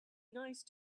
nice